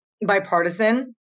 bipartisan